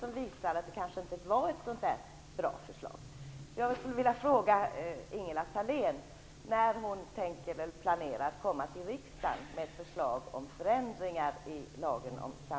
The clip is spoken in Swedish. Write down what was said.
Den visar att det här beslutet kanske inte var så bra.